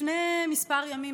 לפני כמה ימים,